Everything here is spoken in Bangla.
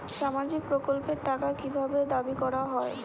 সামাজিক প্রকল্পের টাকা কি ভাবে দাবি করা হয়?